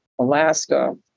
Alaska